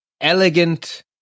elegant